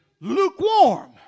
lukewarm